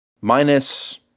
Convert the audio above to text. Minus